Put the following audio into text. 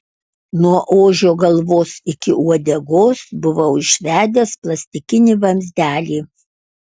nuo ožio galvos iki uodegos buvau išvedęs plastikinį vamzdelį